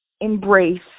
embrace